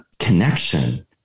connection